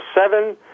seven